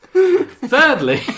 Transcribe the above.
Thirdly